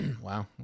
wow